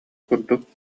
курдук